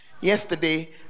Yesterday